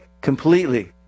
completely